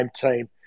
team